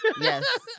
Yes